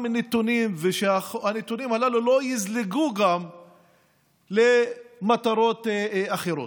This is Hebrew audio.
נתונים ושהנתונים הללו לא יזלגו גם למטרות אחרות.